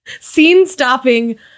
scene-stopping